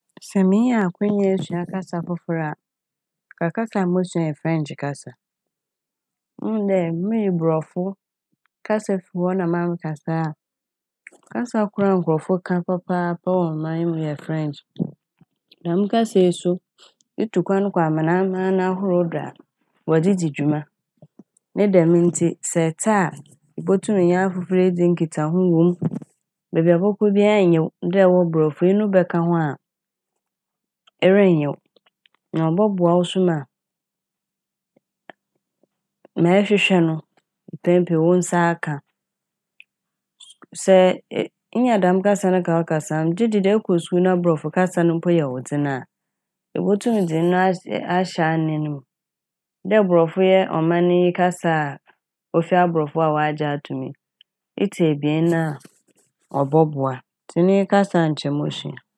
Sɛ mirinya akwanya esua kasa fofor a nka kasa a mosua yɛ French kasa. Muhu dɛ miyi borɔfo kasa fi hɔ na mara me kasaa. Kasa kor a nkorɔfo ka wɔ ɔman yi mu yɛ French. Dɛm kasa yi so itu kwan kɔ aman aman ahorow do a wɔdze dzi dwuma. Ne dɛm ntsi sɛ ɛtse a ibotum nye afofor edzi nkitsaho wɔ m', beebi a ɛbɔkɔ biara nnyew dɛ ɛwɔ borɔfo yi eno bɛka ho a erennyew na ɔbɔboa wo so ma ma ɛrehwehwɛ no mpɛn pii wo nsa aka. Sɛ inya dɛm kasa no de ka wo kasa ho a megye di dɛ sɛ ekɔ skuul na borɔfo kasa no mpo yɛ wo dzen a ibotum dze ɔno ahy- ahyɛ anan m'. Dɛ borɔfo yi yɛ ɔman yi kasa a ofi aborɔfo hɔ a wɔagye ato mu yi, etse ebien no a ɔbɔboa ntsi iyi nye kasa a nkyɛ mosua.